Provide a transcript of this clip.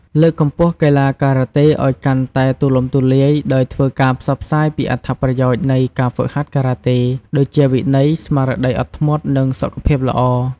លើកកម្ពស់កីឡាការ៉ាតេឲ្យកាន់តែទូលំទូលាយ ដោយធ្វើការផ្សព្វផ្សាយពីអត្ថប្រយោជន៍នៃការហ្វឹកហាត់ការ៉ាតេ ដូចជាវិន័យ ស្មារតីអត់ធ្មត់ និងសុខភាពល្អ។